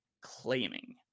claiming